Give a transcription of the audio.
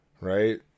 right